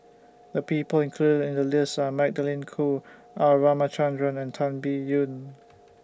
The People included in The list Are Magdalene Khoo R Ramachandran and Tan Biyun